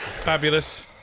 Fabulous